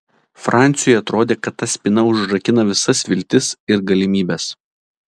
franciui atrodė kad ta spyna užrakina visas viltis ir galimybes